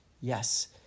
Yes